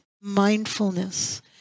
mindfulness